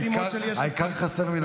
העיקר חסר מן הספר.